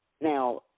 now